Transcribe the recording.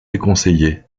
déconseillée